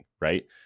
right